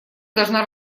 должна